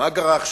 מה קרה עכשיו?